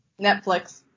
Netflix